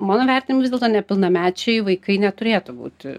mano vertinimu vis dėlto nepilnamečiai vaikai neturėtų būti